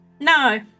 No